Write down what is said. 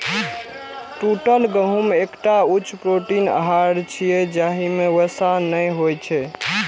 टूटल गहूम एकटा उच्च प्रोटीन आहार छियै, जाहि मे वसा नै होइ छै